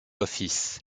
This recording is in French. office